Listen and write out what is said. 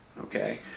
Okay